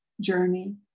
journey